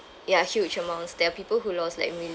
ya huge amounts there are people who lost like millions